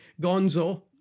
Gonzo